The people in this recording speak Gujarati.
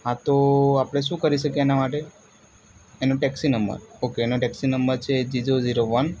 હા તો આપણે શું કરી શકીએ એના માટે એનો ટેક્સી નંબર ઓકે એનો ટેક્સી નંબર છે જીજે જીરો વન